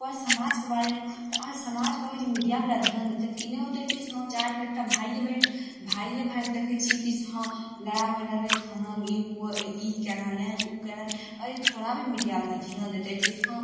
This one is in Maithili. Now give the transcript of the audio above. आओर समाजके बारेमे समाजपर जे मीडियावला ध्यान देतय तऽ ई नहि होतय कि समाचारके एक टा भाइए बहिन भाइए भाइमे देखय छियै कि हँ लड़ाइ होइ रहलय थानामे ई हुअए ई कए रहलइए उ कए रहलइए अगर थोड़ा भी मीडियावला ध्यान देतय कि हँ